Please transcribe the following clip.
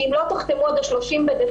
כי אם לא תחתמו עד ה-30 בדצמבר,